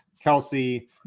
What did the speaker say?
Kelsey